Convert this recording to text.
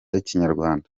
ikinyarwanda